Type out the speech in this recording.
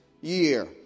year